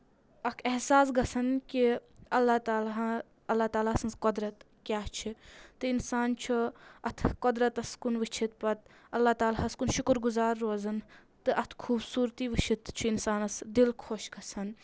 اکھ احساس گژھان کہِ اللہ تعالیٰ اللہ تعالیٰ سٕنٛز قۄدرَت کیاہ چھِ تہٕ اِنسان چھُ اَتھ قۄدرَتَس کُن وٕچھِتھ پَتہٕ اللہ تعالیٰ ہس کُن شُکُر گُزار روزان تہٕ اَتھ خوٗبصوٗرتی وٕچھِتھ چھُ اِنسانَس دِل خۄش گژھان